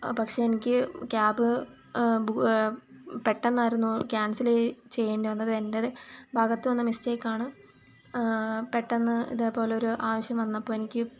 പക്ഷെ എനിക്ക് ക്യാബ് പെട്ടെന്നായിരുന്നു ക്യാൻസല് ചെയ്യേണ്ടി വന്നത് എൻ്റെ ഭാഗത്തു വന്ന മിസ്റ്റേയ്ക്കാണ് പെട്ടന്ന് ഇതേപോലൊരു ആവശ്യം വന്നപ്പോൾ എനിക്ക്